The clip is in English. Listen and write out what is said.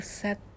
set